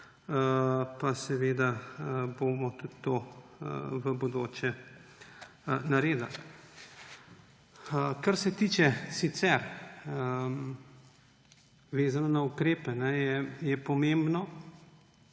pa bomo tudi to v bodoče naredili. Kar se tiče zadev, vezanih na ukrepe, je pomembno,